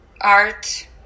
art